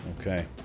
Okay